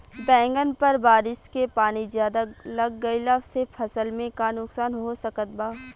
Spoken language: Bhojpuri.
बैंगन पर बारिश के पानी ज्यादा लग गईला से फसल में का नुकसान हो सकत बा?